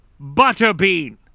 Butterbean